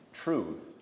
Truth